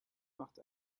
macht